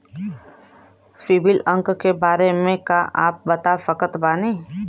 CIBIL अंक के बारे मे का आप बता सकत बानी?